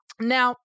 Now